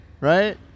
right